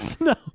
No